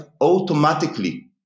automatically